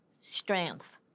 strength